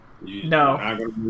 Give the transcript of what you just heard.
no